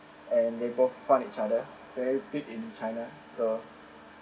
and they both fund each other very fit in china so